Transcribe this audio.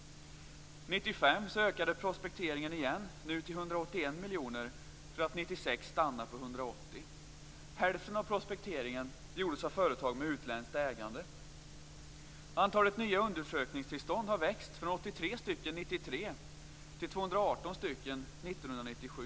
År 1995 ökade prospekteringen ytterligare till 181 miljoner för att 1996 stanna på 180 miljoner. Hälften av prospekteringen gjordes av företag med utländskt ägande. Antalet nya undersökningstillstånd har vuxit från 83 stycken 1993 till 218 stycken 1997.